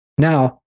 Now